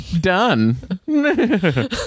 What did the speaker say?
done